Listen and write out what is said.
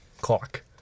Clock